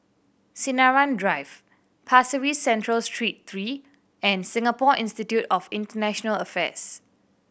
Sinaran Drive Pasir Ris Central Street three and Singapore Institute of International Affairs